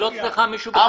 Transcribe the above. היא לא צריכה מישהו --- לא